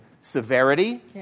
severity